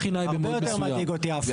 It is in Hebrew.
הרבה יותר מדאיג אותי, ההפוך.